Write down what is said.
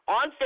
on